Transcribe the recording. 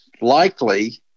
likely